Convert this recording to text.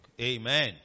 Amen